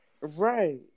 Right